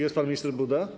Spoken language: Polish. Jest pan minister Buda?